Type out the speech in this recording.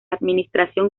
administración